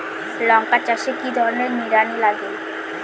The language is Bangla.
লঙ্কা চাষে কি ধরনের নিড়ানি লাগে?